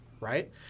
right